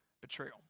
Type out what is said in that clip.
Betrayal